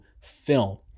film